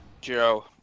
Joe